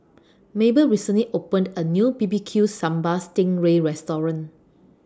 Mabel recently opened A New B B Q Sambal Sting Ray Restaurant